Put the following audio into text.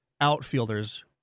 outfielders